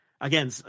again